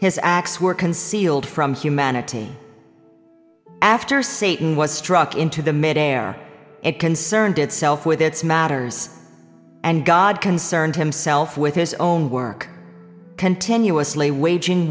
his acts were concealed from humanity after satan was struck into the mid air it concerned itself with its matters and god concerned himself with his own work continuously waging